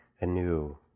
anew